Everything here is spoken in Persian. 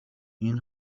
این